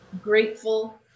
grateful